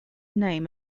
name